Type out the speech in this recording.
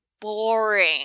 boring